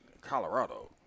Colorado